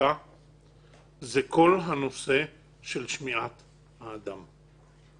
מספיקה זה כל הנושא של שמיעת האדם.